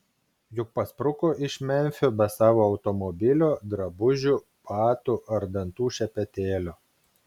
juk paspruko iš memfio be savo automobilio drabužių batų ar dantų šepetėlio